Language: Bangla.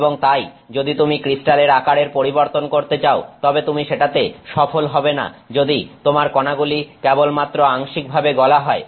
এবং তাই যদি তুমি ক্রিস্টালের আকারের পরিবর্তন করতে চাও তবে তুমি সেটাতে সফল হবে না যদি তোমার কণাগুলি কেবলমাত্র আংশিকভাবে গলা হয়